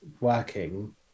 working